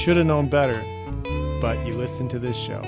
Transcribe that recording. should have known better but he listened to this show